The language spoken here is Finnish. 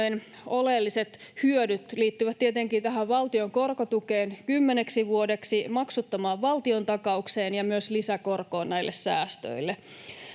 oleelliset hyödyt liittyvät tietenkin valtion korkotukeen kymmeneksi vuodeksi, maksuttomaan valtiontakaukseen ja myös lisäkorkoon näille säästöille.